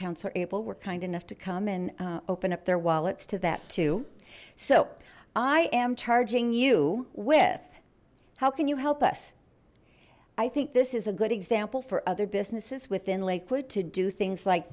s are able were kind enough to come and open up their wallets to that too so i am charging you with how can you help us i think this is a good example for other businesses within liquid to do things like